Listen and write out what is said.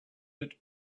that